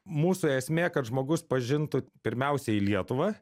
mūsų esmė kad žmogus pažintų pirmiausiai lietuvą